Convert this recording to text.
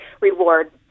reward